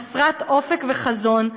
חסרת אופק וחזון.